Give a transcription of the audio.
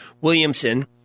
Williamson